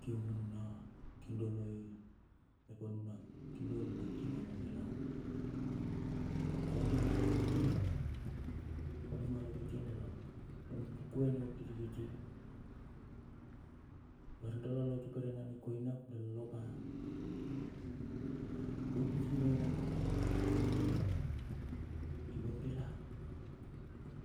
kium a nuna kindoloi mep anuna kindol na kina na nilaun. Kondi ma ea kiti, kondi ma aeo kiti dala vung pukua na urkitikiti lar dala lo tupera na nikiona ap dala lopa na urkitikiti ningang i vabilak